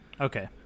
Okay